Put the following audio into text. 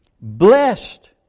Blessed